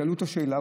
שאלו אותו שאלה,